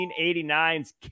1989's